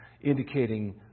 indicating